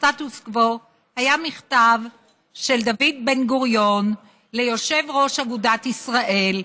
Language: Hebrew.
הסטטוס קוו היה מכתב של דוד בן-גוריון ליושב-ראש אגודת ישראל,